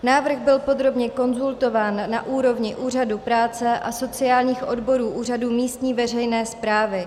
Návrh byl podrobně konzultován na úrovni úřadu práce a sociálních odborů úřadu místní veřejné správy.